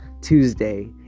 Tuesday